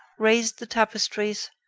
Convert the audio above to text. raised the tapestries,